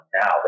now